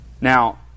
Now